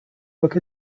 book